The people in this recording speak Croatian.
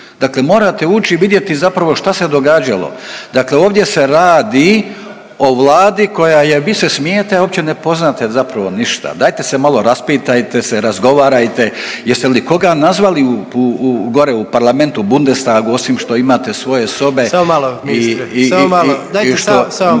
dakle morate ući i vidjeti zapravo šta se događalo, dakle ovdje se radi o vladi koja je, vi se smijete a uopće ne poznate zapravo ništa, dajte se malo raspitajte se, razgovarajte, jeste li koga nazvali u, u, gore u parlamentu u Bundestagu osim što imate svoje sobe …/Upadica: Samo malo ministre, samo malo, dajte samo,